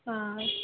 हा